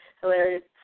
hilarious